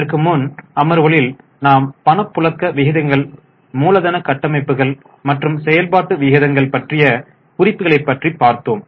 இதற்கு முன் அமர்வுகளில் நாம் பணப்புழக்க விகிதங்கள் மூலதன கட்டமைப்புகள் மற்றும் செயல்பாட்டு விகிதங்கள் பற்றிய குறிப்புகளை பற்றி பார்த்தோம்